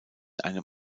einem